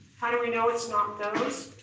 how do we know it's not those?